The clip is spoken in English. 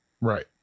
Right